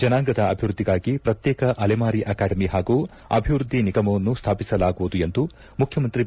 ಜನಾಂಗದ ಅಭಿವ್ಯದ್ದಿಗಾಗಿ ಪ್ರತ್ಯೇಕ ಅಲೆಮಾರಿ ಆಕಾಡೆಮಿ ಹಾಗೂ ಅಭಿವೃದ್ದಿ ನಿಗಮವನ್ನು ಸ್ಥಾಪಿಸಲಾಗುವುದು ಎಂದು ಮುಖ್ಯಮಂತ್ರಿ ಬಿ